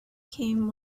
came